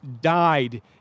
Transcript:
died